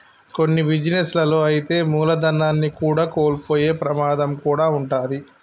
కొన్ని బిజినెస్ లలో అయితే మూలధనాన్ని కూడా కోల్పోయే ప్రమాదం కూడా వుంటది